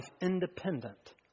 independent